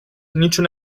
niciun